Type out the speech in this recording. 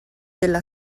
della